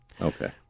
Okay